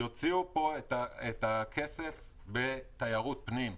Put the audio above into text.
לראות איך הם יוציאו פה את הכסף בתיירות פנים.